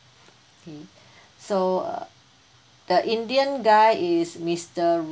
mm so uh the indian guy is mister